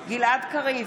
קריב,